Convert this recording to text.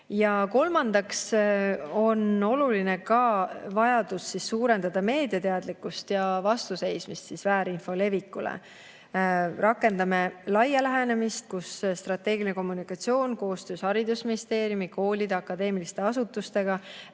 Kolmandaks on oluline vajadus suurendada meediateadlikkust ja vastuseismist väärinfo levikule. Rakendame laia lähenemist, kus strateegiline kommunikatsioon koostöös haridusministeeriumi, koolide, akadeemiliste asutustega